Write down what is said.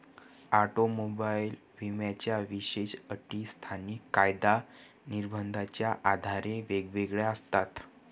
automobile विम्याच्या विशेष अटी स्थानिक कायदा निर्बंधाच्या आधारे वेगवेगळ्या असतात